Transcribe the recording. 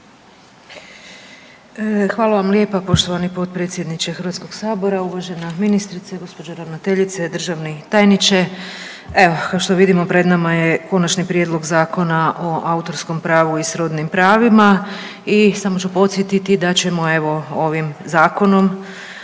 Hvala vam lijepa poštovani potpredsjedniče Hrvatskoga sabora. Uvažena ministrice, gospođa ravnateljice, državni tajniče. Evo kao što vidimo pred nama je Konačni prijedlog zakona o autorskom pravu i srodnim prava i samo ću podsjetiti da ćemo evo ovim Zakonom